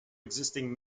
existing